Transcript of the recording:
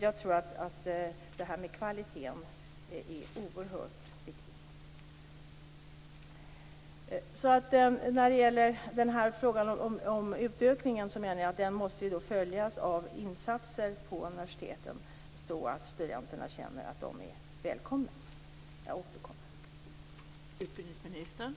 Jag tror att kvaliteten är oerhört viktig. En utökning måste följas av insatser på universiteten så att studenterna känner att de är välkomna.